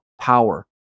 power